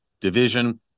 division